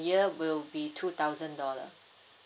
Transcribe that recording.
year will be two thousand dollar